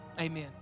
Amen